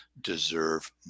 deserve